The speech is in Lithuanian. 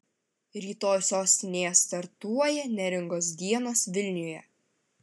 rytoj sostinėje startuoja neringos dienos vilniuje